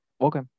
Okay